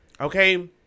Okay